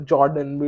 Jordan